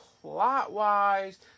plot-wise